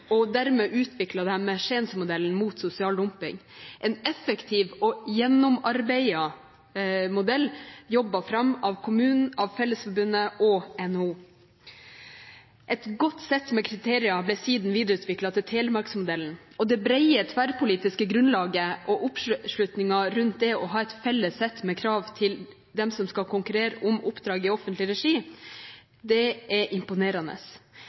og dermed utviklet de Skiens-modellen mot sosial dumping, en effektiv og gjennomarbeidet modell jobbet fram av kommunen, Fellesforbundet og NHO. Et godt sett med kriterier ble siden videreutviklet til Telemarks-modellen, og det brede tverrpolitiske grunnlaget og oppslutningen rundt det å ha et felles sett med krav til dem som skal konkurrere om oppdrag i offentlig regi, er imponerende.